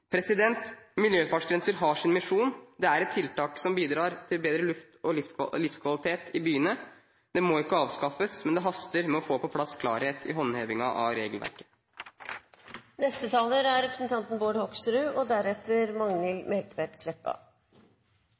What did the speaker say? Miljøfartsgrenser har sin misjon. Det er et tiltak som bidrar til bedre luft og bedre livskvalitet i byene. De må ikke avskaffes, men det haster med å få på plass klarhet i håndhevingen av regelverket.